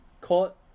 caught